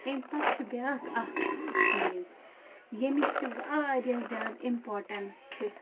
اَمہِ پَتہٕ چھُ بیٛاکھ اَکھ چیٖز ییٚمِچ تہِ واریاہ زیادٕ اِمپاٹَنٕس چھِ